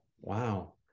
wow